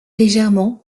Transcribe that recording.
légèrement